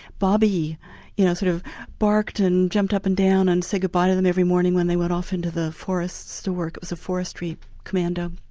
bobby you know sort of barked and jumped up and down and said goodbye to them every morning when they went off into the forest to work it was a forestry commando,